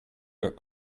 got